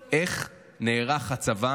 איך נערך הצבא,